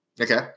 Okay